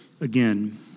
again